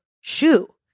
shoe